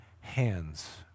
hands